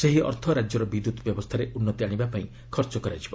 ସେହି ଅର୍ଥ ରାଜ୍ୟର ବିଦ୍ୟତ୍ ବ୍ୟବସ୍ଥାରେ ଉନ୍ନତି ଆଶିବା ପାଇଁ ଖର୍ଚ୍ଚ କରାଯିବ